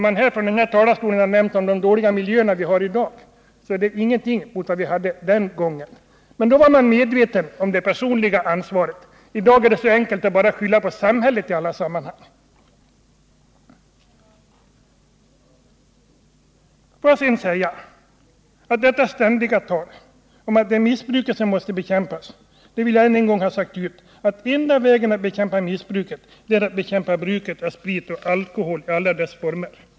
Man har från denna talarstol nämnt de dåliga miljöer som finns i dag, men det är ingenting mot de miljöer som fanns den gången då folkrörelserna började sin verksamhet. Då var man medveten om värdet av det personliga ansvaret. I dag är det så enkelt att bara skylla på samhället i alla sammanhang. Här talas ständigt om att det är missbruket som måste bekämpas, men jag vill klart säga ut att enda vägen att bekämpa missbruket är att bekämpa bruket av sprit och alkohol i alla dess former.